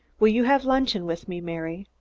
will you have luncheon with me, mary?